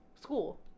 school